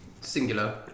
Singular